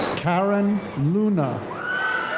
karen luna.